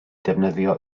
defnyddio